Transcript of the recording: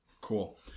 Cool